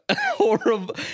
horrible